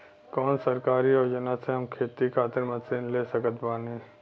कौन सरकारी योजना से हम खेती खातिर मशीन ले सकत बानी?